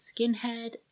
Skinhead